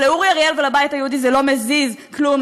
אבל לאורי אריאל ולבית היהודי זה לא מזיז כלום,